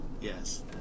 Yes